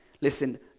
Listen